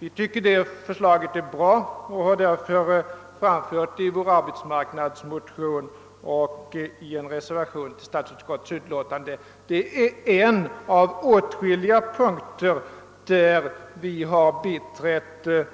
Vi tycker att detta förslag är bra och har därför framfört det i vår arbetsmarknadsmotion och i reservation nr d till statsutskottets utlåtande nr 58. Det är en av åtskilliga punkter där vi har biträtt